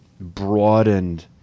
broadened